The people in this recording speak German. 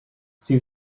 sie